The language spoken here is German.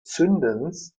zündens